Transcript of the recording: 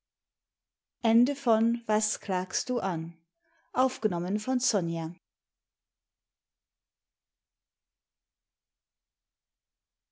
was klagst du an